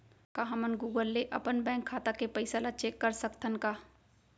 का हमन गूगल ले अपन बैंक खाता के पइसा ला चेक कर सकथन का?